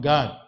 God